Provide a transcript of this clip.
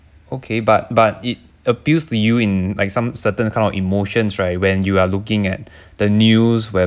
okay but but it appeals to you in like some certain kind of emotions right when you are looking at the news where